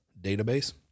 database